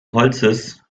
holzes